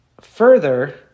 Further